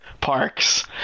parks